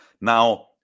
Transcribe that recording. Now